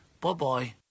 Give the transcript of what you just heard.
Bye-bye